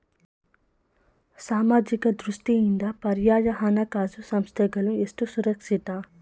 ಸಾಮಾಜಿಕ ದೃಷ್ಟಿಯಿಂದ ಪರ್ಯಾಯ ಹಣಕಾಸು ಸಂಸ್ಥೆಗಳು ಎಷ್ಟು ಸುರಕ್ಷಿತ?